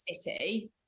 city